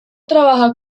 trabaja